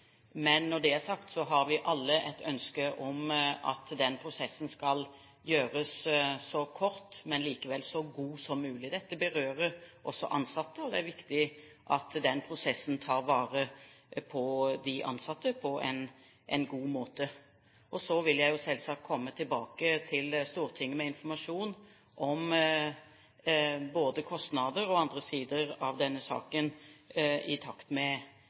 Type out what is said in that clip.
Når det er sagt, har vi alle et ønske om at den prosessen skal gjøres så kort, men likevel så god som mulig. Dette berører også ansatte, og det er viktig at den prosessen tar vare på de ansatte på en god måte. Så vil jeg jo selvsagt komme tilbake til Stortinget med informasjon om både kostnader og andre sider av denne saken i takt med